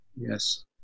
Yes